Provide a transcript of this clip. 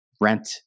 rent